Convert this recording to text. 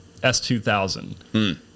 S2000